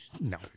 No